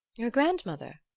your grandmother?